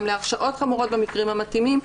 גם להרשעות חמורות במקרים המתאימים,